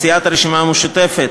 מסיעת הרשימה המשותפת,